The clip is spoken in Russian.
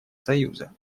союза